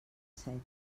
set